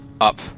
up